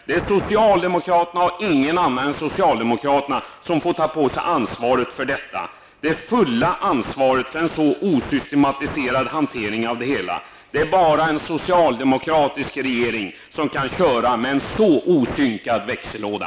Det är socialdemokraterna och inga andra än socialdemokraterna som får ta på sig ansvaret för detta, det fulla ansvaret för en så osystematiserad hantering av det hela. Det är bara en socialdemokratisk regering som kan köra med en så osynkroniserad växellåda.